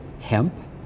hemp